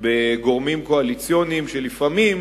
בגורמים קואליציוניים שלפעמים,